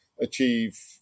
achieve